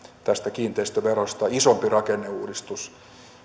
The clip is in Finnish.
tästä kiinteistöverosta isompi rakenneuudistus